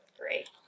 great